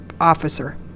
officer